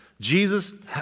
Jesus